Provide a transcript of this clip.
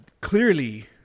Clearly